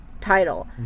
title